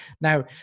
Now